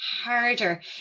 harder